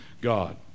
God